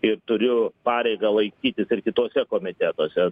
ir turiu pareigą laikytis ir kituose komitetuose